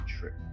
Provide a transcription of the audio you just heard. trip